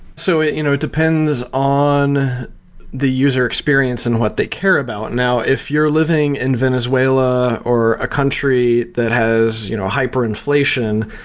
so it you know depends on the user experience and what they care about. now, if you're living in venezuela, or a country that has you know hyperinflation,